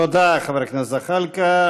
תודה, חבר הכנסת זחאלקה.